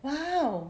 !wow!